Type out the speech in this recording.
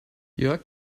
jörg